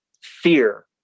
Fear